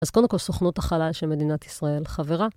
אז קודם כל, סוכנות החלל של מדינת ישראל, חברה.